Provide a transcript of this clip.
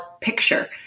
picture